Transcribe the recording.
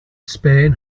spain